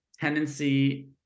tendency